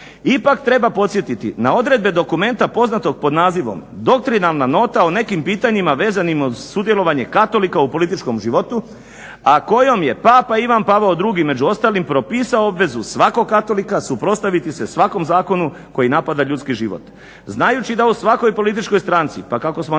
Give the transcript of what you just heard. ipak treba podsjetiti na odredbe dokumenta poznatog pod nazivom "Doktrinalna nota o nekim pitanjima vezanima uz sudjelovanje katolika u političkom životu", a kojom je papa Ivan Pavao II. među ostalim propisao obvezu svakog katolika suprotstaviti se svakom zakonu koji napada ljudski život. Znajući da u svakoj političkoj stranci pa kako smo neki